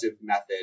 method